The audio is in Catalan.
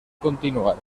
continuar